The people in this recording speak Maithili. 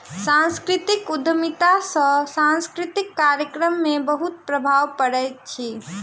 सांस्कृतिक उद्यमिता सॅ सांस्कृतिक कार्यक्रम में बहुत प्रभाव पड़ैत अछि